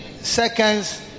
seconds